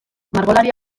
margolari